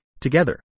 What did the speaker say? together